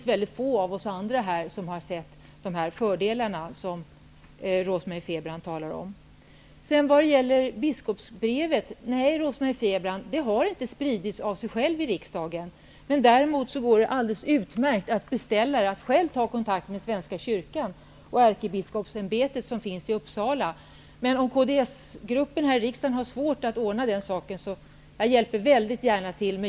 Väldigt få av oss andra här har sett de fördelar som Rose Marie Frebran talade om. Nej, Rose-Marie Frebran, biskopsbrevet har inte spritts av sig självt. Däremot går det utmärkt att ta kontakt med Svenska kyrkan och Ärkebiskopsämbetet i Uppsala. Om kds-gruppen här i riksdagen har svårt att ordna den saken, hjälper jag väldigt gärna till.